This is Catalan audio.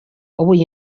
avui